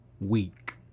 week